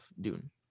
dune